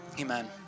amen